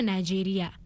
Nigeria